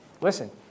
Listen